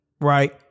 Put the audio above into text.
right